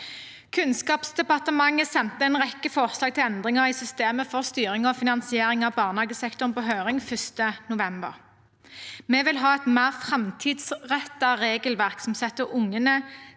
Kunnskapsdepartementet sendte en rekke forslag til endringer i systemet for styring og finansiering av barnehagesektoren på høring 1. november. Vi vil ha et mer framtidsrettet regelverk som setter ungenes